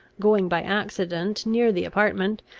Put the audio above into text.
going by accident near the apartment,